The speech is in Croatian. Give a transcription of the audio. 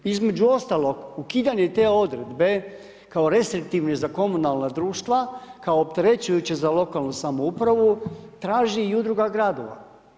Između ostalog ukidanje te odredbe kao restriktivne za komunalna društva, kao opterećujuće za lokalnu samoupravu, traži i udruga gradova.